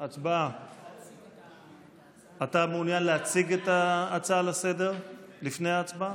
אתה מעוניין להציג את ההצעה לסדר-היום לפני ההצבעה?